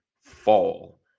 fall